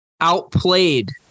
outplayed